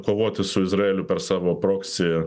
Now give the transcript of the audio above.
kovoti su izraeliu per savo proksi